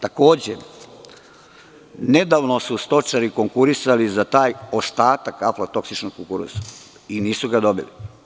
Takođe, nedavno su stočari konkurisali za taj ostatak aflatoksičnog kukuruza i nisu ga dobili.